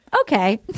Okay